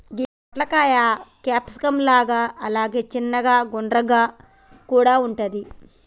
గి పొట్లకాయ స్క్వాష్ లాగా అలాగే చిన్నగ గుండ్రంగా కూడా వుంటది